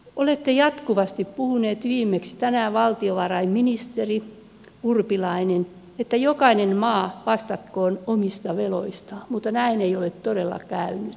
olette jatkuvasti puhunut viimeksi tänään valtiovarainministeri urpilainen että jokainen maa vastatkoon omista veloistaan mutta näin ei ole todella käynyt